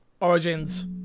origins